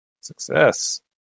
Success